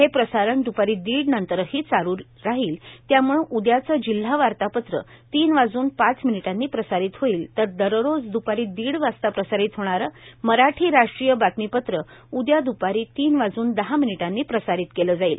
हे प्रसारण दुपारी दीड नंतरही चालू राहील त्यामुळे उदयाचं जिल्हा वार्तापत्र तीन वाजून पाच मिनिटांनी प्रसारित होईल तर दररोज द्रपारी दीड वाजता प्रसारित होणारं मराठी राष्ट्रीय बातमीपत्रं उद्या द्पारी तीन वाजून दहा मिनिटांनी प्रसारित होईल